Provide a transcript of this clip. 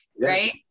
Right